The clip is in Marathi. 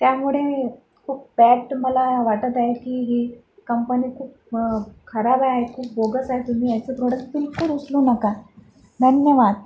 त्यामुळे खूप पॅक्ट मला वाटत आहे की ही कंपनी खूप खराब आहे खूप बोगस आहे तुम्ही याचं प्रॉडक्ट बिलकुल उचलू नका धन्यवाद